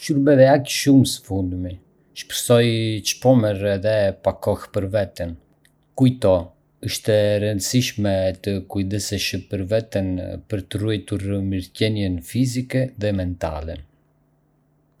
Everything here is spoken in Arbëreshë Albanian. Shurbeve aq shumë së fundmi... shpresoj që po merr edhe pak kohë për veten. Kujto, është e rëndësishme të kujdesesh për veten për të ruajtur mirëqenien fizike dhe mentale.